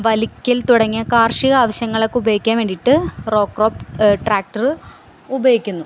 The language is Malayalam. വലിക്കൽ തുടങ്ങിയ കാർഷിക ആവശ്യങ്ങൾക്ക് ഉപയോഗിക്കാൻ വേണ്ടിയിട്ട് റോ ക്രോപ്പ് ട്രാക്ടര് ഉപയോഗിക്കുന്നു